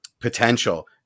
Potential